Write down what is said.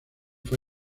fue